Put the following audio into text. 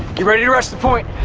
get ready to rush the point.